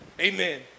Amen